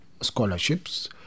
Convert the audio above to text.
scholarships